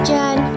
Jen